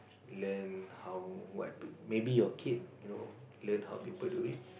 learn how what be maybe your kid you know learn how people do it